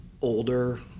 older